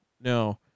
No